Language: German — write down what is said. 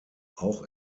auch